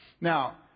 Now